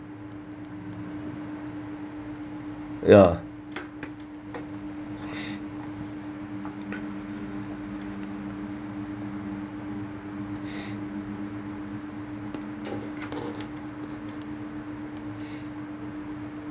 ya